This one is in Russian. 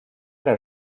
рад